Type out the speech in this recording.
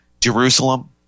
jerusalem